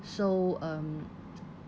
so um